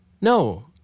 No